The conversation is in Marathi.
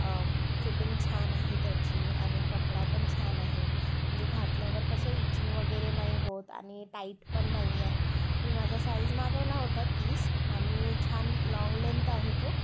फिटिंग छान आहे त्याची आणि कपडा पण छान आहे म्हणजे घातल्यावर कसं इचिंग वगैरे नाही होत आणि टाईट पण नाही आहे मी माझा साईज मागवला होता तीस आणि छान लाँग लेंथ आहे तो